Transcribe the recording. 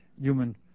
human